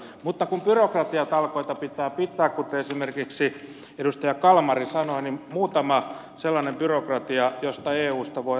mutta kun byrokratiatalkoita pitää pitää kuten esimerkiksi edustaja kalmari sanoi niin muutama sellainen byrokratia josta eussa voi aloittaa